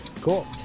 Cool